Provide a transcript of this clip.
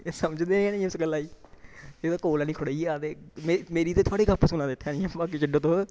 समझदे गै निं इस गल्ला गी कौल आह्न्नियें खड़ोई जा दे मेरी मेरी ते थोआढ़ी गप्प सुना दे इत्थै आह्न्नियें बाकी छड्डो तुस